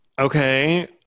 Okay